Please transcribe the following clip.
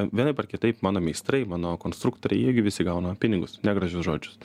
vienaip ar kitaip mano meistrai mano konstruktoriai jie irgi visi gauna pinigus ne gražius žodžius